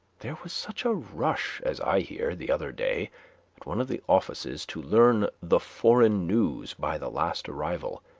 there was such a rush, as i hear, the other day at one of the offices to learn the foreign news by the last arrival,